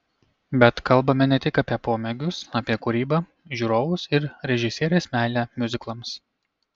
bet kalbame ne tik apie pomėgius apie kūrybą žiūrovus ir režisierės meilę miuziklams